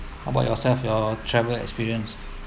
how about yourself your travel experience